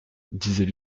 disait